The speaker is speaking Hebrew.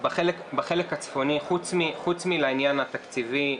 בחלק הצפוני חוץ מלעניין התקציבי,